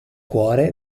cuore